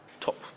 top